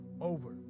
over